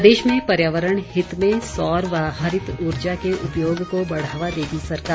प्रदेश में पर्यावरण हित में सौर व हरित ऊर्जा के उपयोग को बढ़ावा देगी सरकार